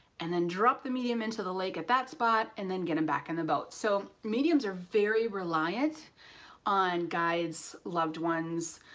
and then drop the medium into the lake at that spot and then get them back in the boat. so mediums are very reliant on guides, loved ones,